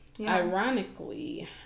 Ironically